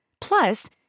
Plus